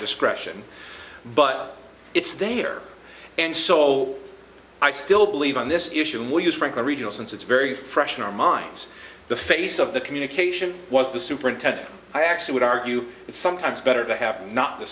discretion but it's there and so i still believe on this issue and will use franklin regional since it's very fresh in our minds the face of the communication was the superintendent i actually would argue it's sometimes better to have not the